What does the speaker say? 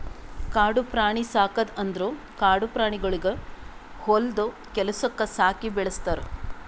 ಕಾಡು ಪ್ರಾಣಿ ಸಾಕದ್ ಅಂದುರ್ ಕಾಡು ಪ್ರಾಣಿಗೊಳಿಗ್ ಹೊಲ್ದು ಕೆಲಸುಕ್ ಸಾಕಿ ಬೆಳುಸ್ತಾರ್